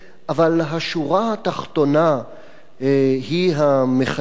אבל השורה התחתונה היא המחייבת.